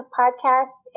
podcast